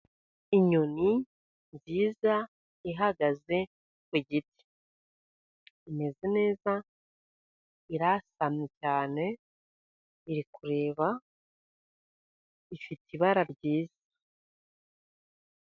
Inyoni nziza ihagaze ku giti, imeze neza, irasamye cyane, iri kureba, ifite ibara ryiza.